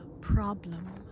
problem